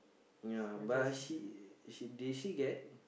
ya but she she did she get